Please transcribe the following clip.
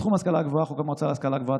בתחום ההשכלה הגבוהה: 1. חוק המועצה להשכלה גבוהה,